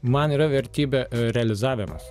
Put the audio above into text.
man yra vertybė realizavimas